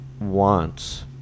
wants